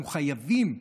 ואנחנו חייבים,